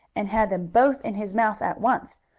and had them both in his mouth at once,